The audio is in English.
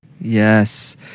Yes